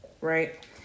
right